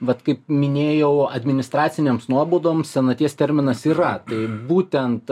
vat kaip minėjau administracinėms nuobaudoms senaties terminas yra tai būtent